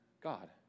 God